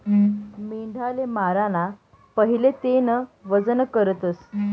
मेंढाले माराना पहिले तेनं वजन करतस